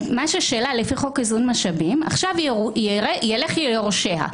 מה ששלה לפי חוק איזון משאבים, עכשיו ילך ליורשיה.